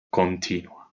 continua